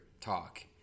talk